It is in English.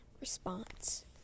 response